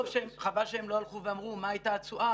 חבל שהם לא הלכו ואמרו מה הייתה התשואה